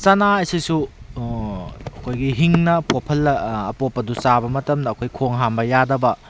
ꯆꯅꯥ ꯑꯁꯤꯁꯨ ꯑꯩꯈꯣꯏꯒꯤ ꯍꯤꯡꯅ ꯑꯄꯣꯞꯄꯗꯨ ꯆꯥꯕ ꯃꯇꯝꯗ ꯑꯩꯈꯣꯏ ꯈꯣꯡ ꯍꯥꯝꯕ ꯌꯥꯗꯕ